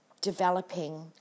developing